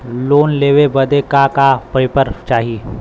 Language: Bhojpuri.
लोन लेवे बदे का का पेपर चाही?